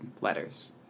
letters